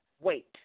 wait